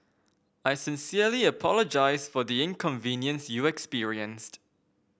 I sincerely apologise for the inconvenience you experienced